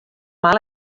mal